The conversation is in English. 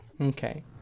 Okay